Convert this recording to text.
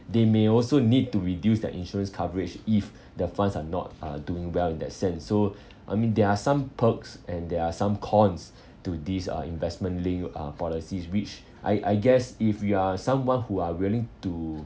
they may also need to reduce their insurance coverage if the funds are not uh doing well in that sense so I mean there are some perks and there are some cons to these uh investment-linked uh policies which I I guess if you are someone who are willing to